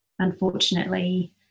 Unfortunately